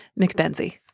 McBenzie